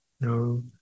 no